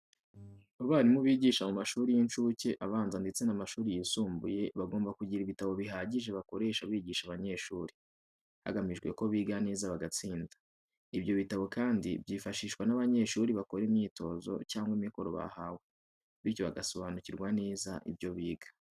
Abarimu bigisha mu mashuri y'incuke, abanza ndetse n'amashuri yisumbuye bagomba kugira ibitabo bihagije bakoresha bigisha abanyeshuri, hagamijwe ko biga neza bagatsinda. Ibyo bitabo kandi byifashishwa n'abanyeshuri bakora imyitozo cyangwa imikoro bahawe, bityo bagasobanukirwa neza ibyo biga.